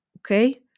okay